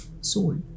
soul